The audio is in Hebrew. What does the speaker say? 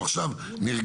זהו, עכשיו נרגעתי.